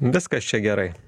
viskas čia gerai